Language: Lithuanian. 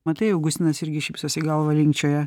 matai augustinas irgi šypsosi galvą linkčioja